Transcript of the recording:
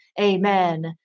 amen